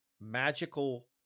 magical